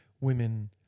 women